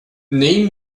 nem